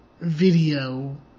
video